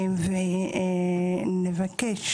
ולבקש,